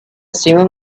simum